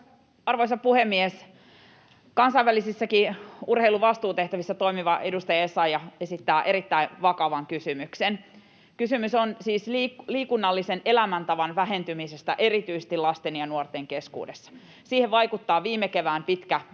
Arvoisa puhemies! Kansainvälisissäkin urheilun vastuutehtävissä toimiva edustaja Essayah esittää erittäin vakavan kysymyksen. Kysymys on siis liikunnallisen elämäntavan vähentymisestä erityisesti lasten ja nuorten keskuudessa. Siihen vaikuttavat viime kevään pitkä